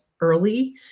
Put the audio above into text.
early